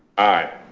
aye.